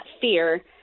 fear